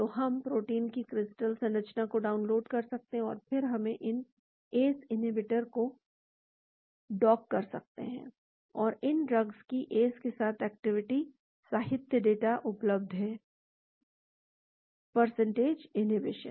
तो हम प्रोटीन की क्रिस्टल संरचना को डाउनलोड कर सकते हैं और फिर हम इन सभी ACE इन्हिबिटर को डॉक कर सकते हैं और इन ड्रग्स की ACE के साथ एक्टिविटी पर साहित्य डेटा उपलब्ध है परसेंटेज इन्हींविशन